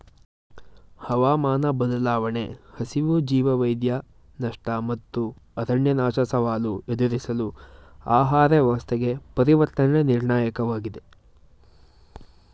ಹವಾಮಾನ ಬದಲಾವಣೆ ಹಸಿವು ಜೀವವೈವಿಧ್ಯ ನಷ್ಟ ಮತ್ತು ಅರಣ್ಯನಾಶ ಸವಾಲು ಎದುರಿಸಲು ಆಹಾರ ವ್ಯವಸ್ಥೆಗೆ ಪರಿವರ್ತನೆ ನಿರ್ಣಾಯಕವಾಗಿದೆ